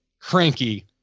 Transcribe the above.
cranky